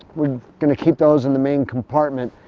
we're going to keep those in the main compartment.